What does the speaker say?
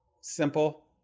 simple